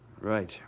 Right